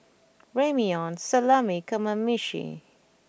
Ramyeon Salami and Kamameshi